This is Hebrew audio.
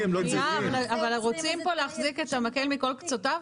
אבל רוצים להחזיק פה את המקל מכל קצותיו,